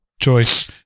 choice